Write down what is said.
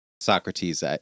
Socrates